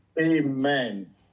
Amen